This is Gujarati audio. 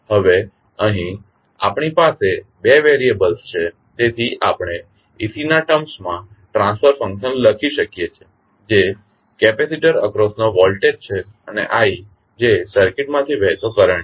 હવે અહીં આપણી પાસે 2 વેરીએબલ્સ છે તેથી આપણે ec ના ટર્મ્સ માં ટ્રાન્સફર ફંકશન લખી શકીએ છીએ જે કેપેસિટર અક્રોસનો વોલ્ટેજ છે અને i જે સર્કિટમાંથી વહેતો કરંટ છે